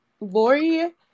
Lori